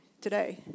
today